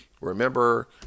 remember